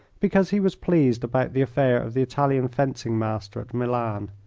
because he was pleased about the affair of the italian fencing-master at milan.